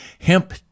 hemp